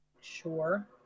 sure